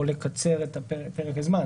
או לקצר את פרק הזמן.